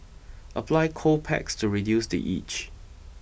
apply cold packs to reduce the itch